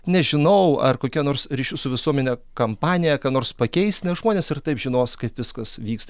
nežinau ar kokia nors ryšių su visuomene kampanija ką nors pakeis nes žmonės ir taip žinos kaip viskas vyksta